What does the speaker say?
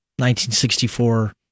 1964